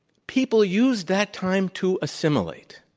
people used that time to assimilate.